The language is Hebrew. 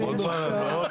עוד פעם?